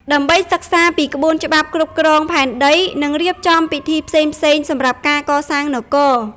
ដើម្បីសិក្សាពីក្បួនច្បាប់គ្រប់គ្រងផែនដី និងរៀបចំពិធីផ្សេងៗសម្រាប់ការកសាងនគរ។